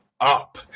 up